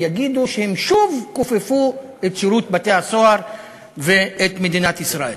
ויגידו שהם שוב כופפו את שירות בתי-הסוהר ואת מדינת ישראל.